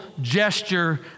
gesture